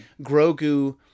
Grogu